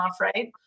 right